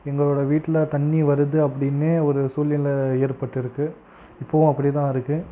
எங்களோடய வீட்டில் தண்ணி வருது அப்படின்னு ஒரு சூழ்நிலை ஏற்பட்டுருக்கு இப்போவும் அப்படித்தான் இருக்குது